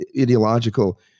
ideological